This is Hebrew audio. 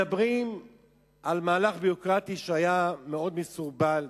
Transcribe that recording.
מדברים על מהלך ביורוקרטי שהיה מאוד מסורבל,